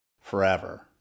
forever